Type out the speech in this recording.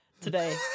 today